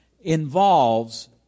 involves